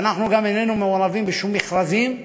אנחנו גם איננו מעורבים בשום מכרזים.